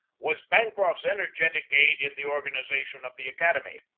was bancroft's energetic aid in the organization of the academy.